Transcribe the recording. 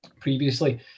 Previously